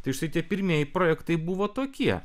tai štai tie pirmieji projektai buvo tokie